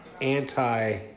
anti